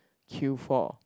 queue for